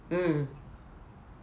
mm